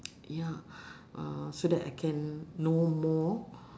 ya uh so that I can know more